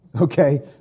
okay